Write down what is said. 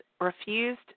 refused